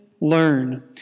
learn